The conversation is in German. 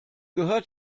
gehört